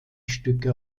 stücke